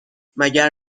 مگر